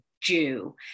Jew